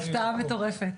הפתעה מטורפת.